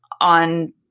on